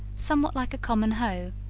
somewhat like a common hoe,